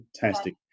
Fantastic